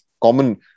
common